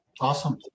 Awesome